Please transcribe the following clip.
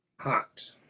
Hot